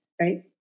right